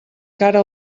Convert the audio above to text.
cara